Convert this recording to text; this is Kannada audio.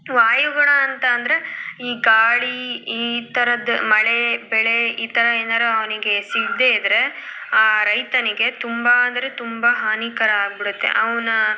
ವಾಯುಗುಣ ಅಂತ ಅಂದರೆ ಈ ಗಾಳಿ ಈ ಥರದ ಮಳೆ ಬೆಳೆ ಈ ಥರ ಏನಾದ್ರೂ ಅವನಿಗೆ ಸಿಗದೆ ಇದ್ದರೆ ಆ ರೈತನಿಗೆ ತುಂಬ ಅಂದರೆ ತುಂಬ ಹಾನಿಕರ ಆಗಿಬಿಡುತ್ತೆ ಅವನ